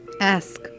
Ask